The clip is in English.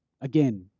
again